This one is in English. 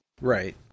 Right